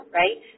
right